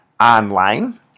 online